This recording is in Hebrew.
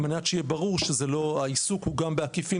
על מנת שיהיה ברור שהעיסוק הוא גם בעקיפין,